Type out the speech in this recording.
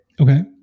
okay